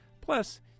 Plus